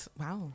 wow